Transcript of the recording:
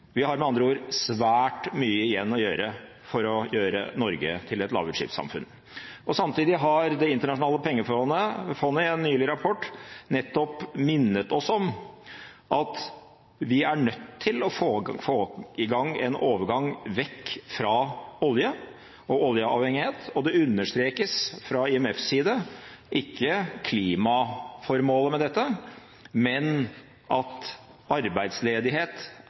Vi har med andre ord svært mye igjen å gjøre for å gjøre Norge til et lavutslippssamfunn. Samtidig har det internasjonale pengefondet i en nylig avgitt rapport nettopp minnet oss om at vi er nødt til å få til en overgang bort fra olje og oljeavhengighet. Fra IMFs side er det ikke klimaformålet med dette som understrekes, men at arbeidsledighet